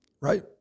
right